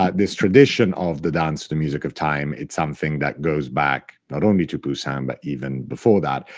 ah this tradition of the dance to the music of time, it's something that goes back not only to poussin but even before that,